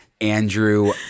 Andrew